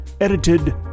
edited